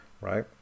Right